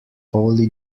polly